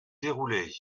dérouler